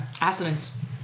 assonance